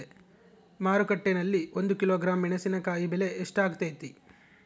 ಮಾರುಕಟ್ಟೆನಲ್ಲಿ ಒಂದು ಕಿಲೋಗ್ರಾಂ ಮೆಣಸಿನಕಾಯಿ ಬೆಲೆ ಎಷ್ಟಾಗೈತೆ?